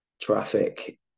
traffic